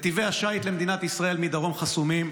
נתיבי השיט למדינת ישראל מדרום חסומים,